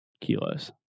kilos